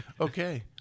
Okay